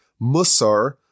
Musar